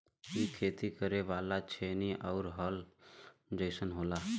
इ खेती करे वाला छेनी आउर हल जइसन होला